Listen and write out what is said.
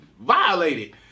violated